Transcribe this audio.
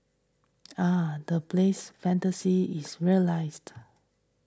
ah the place fantasy is realised